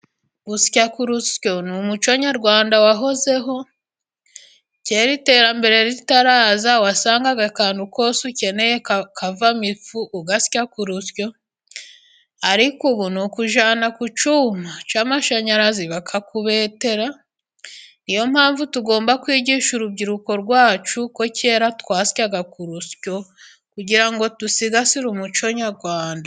Gusya ku rusyo ni umuco nyarwanda wahozeho， kera iterambere ritaraza wasangaga akantu kose ukeneye kavamo ifu，ugasya ku rusyo， ariko ubu ni ukujyana ku cyuma cy’amashanyarazi bakakubetera. Niyo mpamvu tugomba kwigisha urubyiruko rwacu，ko kera twasyaga ku rusyo， kugira ngo dusigasire umuco nyarwanda.